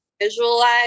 visualize